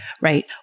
right